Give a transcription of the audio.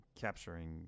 capturing